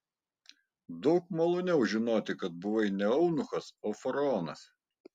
daug maloniau žinoti kad buvai ne eunuchas o faraonas